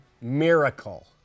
miracle